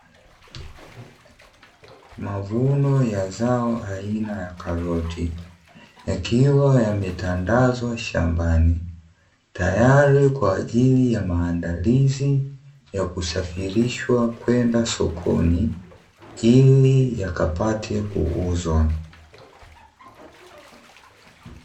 Mavuno ya zao aina ya karoti yakiwa yametandazwa shambani, tayari kwa ajili ya maandalizi ya kusafirishwa kwenda sokoni ili yakapate kuuzwa.